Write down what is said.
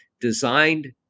designed